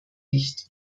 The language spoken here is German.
nicht